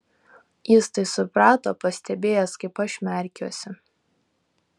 jis tai suprato pastebėjęs kaip aš merkiuosi